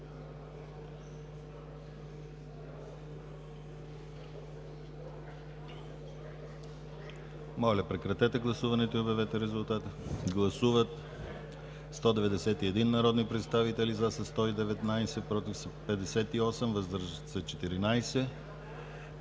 Моля, прекратете гласуването и обявете резултат. Гласували 196 народни представители: за 105, против 87, въздържали се 4.